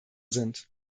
sind